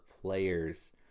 players